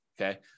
Okay